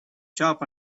top